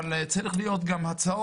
אבל, צריכות להיות גם הצעות